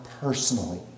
personally